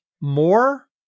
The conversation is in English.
more